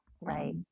Right